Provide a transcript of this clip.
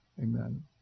amen